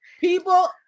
People